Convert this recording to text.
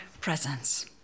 presence